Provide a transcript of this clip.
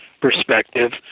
perspective